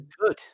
good